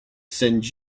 send